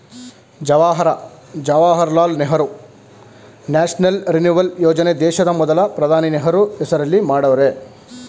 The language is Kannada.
ಜವಾಹರ ಜವಾಹರ್ಲಾಲ್ ನೆಹರು ನ್ಯಾಷನಲ್ ರಿನಿವಲ್ ಯೋಜನೆ ದೇಶದ ಮೊದಲ ಪ್ರಧಾನಿ ನೆಹರು ಹೆಸರಲ್ಲಿ ಮಾಡವ್ರೆ